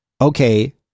okay